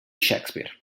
shakespeare